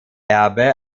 erbe